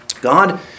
God